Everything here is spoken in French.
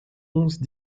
onze